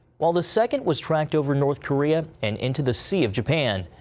while the second was tracked over north korea and into the sea of japan.